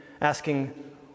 asking